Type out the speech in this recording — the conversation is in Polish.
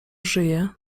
żyje